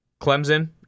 Clemson